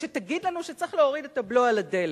שתגיד לנו שצריך להוריד את הבלו על הדלק.